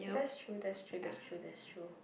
that's true that's true that's true that's true